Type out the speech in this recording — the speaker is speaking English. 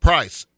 Price